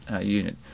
unit